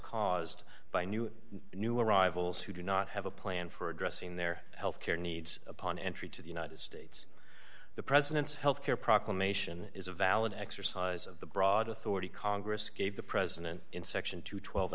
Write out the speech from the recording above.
caused by new new arrivals who do not have a plan for addressing their healthcare needs upon entry to the united states the president's health care proclamation is a valid exercise of the broad authority congress gave the president in section two